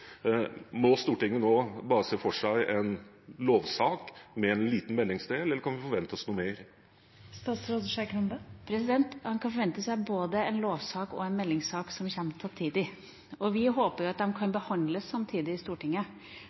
Må Stortinget nå se for seg en lovsak med en liten meldingsdel, eller kan vi forvente oss noe mer? Stortinget kan forvente seg både en lovsak og en meldingssak som kommer samtidig. Vi håper at de kan behandles samtidig i Stortinget,